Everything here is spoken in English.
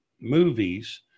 movies